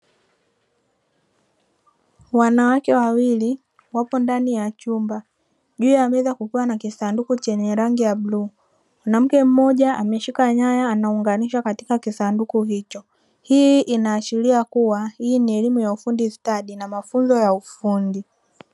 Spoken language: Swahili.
Wanawake wawili wapo ndani ya chumba, juu ya meza kukiwa na kisanduku chenye rangi ya bluu. Mwanamke mmoja ameshika nyaya anaunganisha katika kisanduku hicho. Hii inaashiria kuwa hii ni elimu ya ufundi stadi na mafunzo ya ufundi.